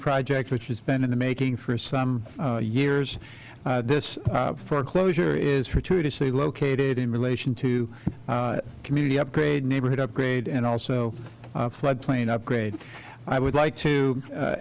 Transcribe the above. project which has been in the making for some years this foreclosure is for two to say located in relation to community upgrade neighborhood upgrade and also flood plain upgrade i would like to